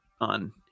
on